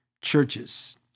churches